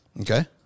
Okay